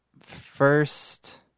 first